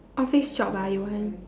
office job ah you want